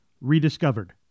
rediscovered